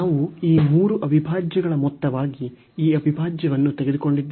ನಾವು ಈ ಮೂರು ಅವಿಭಾಜ್ಯಗಳ ಮೊತ್ತವಾಗಿ ಈ ಅವಿಭಾಜ್ಯವನ್ನು ತೆಗೆದುಕೊಂಡಿದ್ದೇವೆ